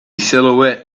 silhouette